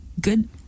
good